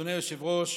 אדוני היושב ראש,